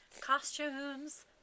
Costumes